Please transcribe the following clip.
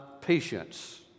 patience